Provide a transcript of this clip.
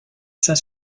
saint